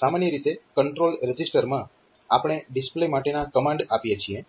સામાન્ય રીતે કંટ્રોલ રજીસ્ટરમાં આપણે ડિસ્પ્લે માટેના કમાન્ડ આપીએ છીએ